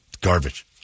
garbage